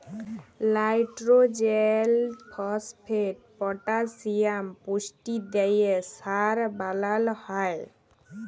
লাইট্রজেল, phosphate, potassium পুষ্টি দিঁয়ে সার বালাল হ্যয়